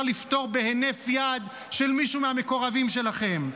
לפטור בהינף יד של מישהו מהמקורבים שלכם.